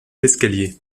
l’escalier